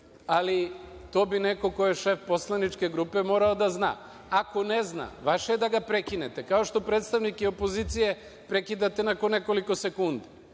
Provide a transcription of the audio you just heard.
ali to bi neko ko je šef poslaničke grupe morao da zna. Ako ne zna, vaše je da ga prekinete, kao što predstavnike opozicije prekidate nakon nekoliko sekundi,